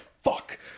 Fuck